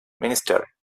minister